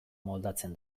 moldatzen